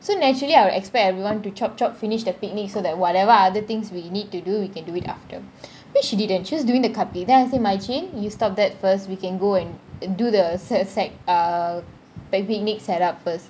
so naturally I would expect everyone to chop chop finish the picnic so that whatever other things we need to do we can do it after which she didn't she was doing the cupcake then I say marichin you stop that first we can go and do the se~ set up uh picnic set up first